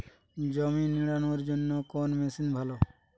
জমি নিড়ানোর জন্য কোন মেশিন ভালো?